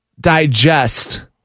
digest